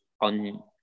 on